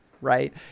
right